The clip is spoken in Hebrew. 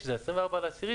שזה ה-24.10,